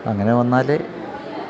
അങ്ങനെ വന്നാല്